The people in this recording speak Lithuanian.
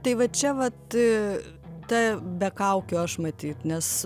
tai va čia vat ta be kaukių aš matyt nes